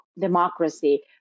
democracy